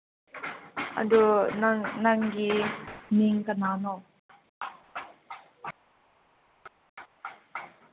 ꯑꯗꯨ ꯅꯪ ꯅꯪꯒꯤ ꯃꯤꯡ ꯀꯅꯥꯅꯣ